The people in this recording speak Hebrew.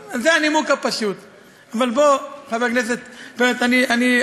ואפילו התקנות עדיין לא